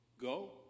go